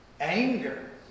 anger